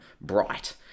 Bright